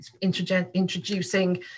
introducing